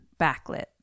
Backlit